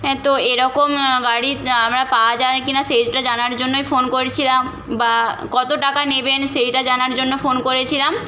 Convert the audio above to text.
হ্যাঁ তো এরকম গাড়ি আমরা পাওয়া যায় কি না সেইটা জানার জন্যই ফোন করছিলাম বা কত টাকা নেবেন সেইটা জানার জন্য ফোন করেছিলাম